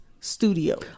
Studio